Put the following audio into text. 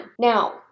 now